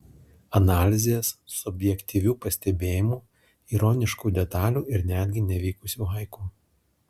analizės subjektyvių pastebėjimų ironiškų detalių ir netgi nevykusių haiku